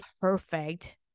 perfect